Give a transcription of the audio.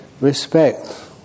respect